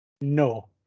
No